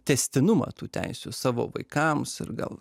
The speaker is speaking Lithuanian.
tęstinumą tų teisių savo vaikams ir gal